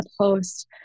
post